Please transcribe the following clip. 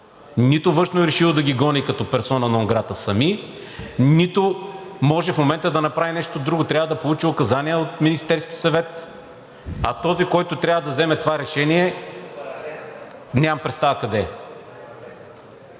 Нито Външно е решило да ги гони като персона нон грата сами, нито може в момента да направи нещо друго. Трябва да получи указания от Министерския съвет. А този, който трябва да вземе това решение, нямам представа къде е!